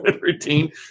routine